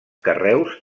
carreus